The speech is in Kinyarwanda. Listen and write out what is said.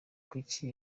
kuki